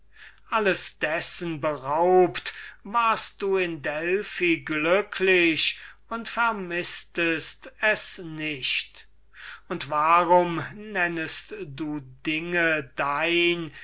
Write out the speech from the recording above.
alles dessen beraubt warst du in delphi glücklich und vermißtest es nicht und warum nennest du dinge dein